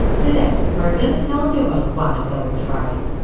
today, we are gonna tell you about one of those tries.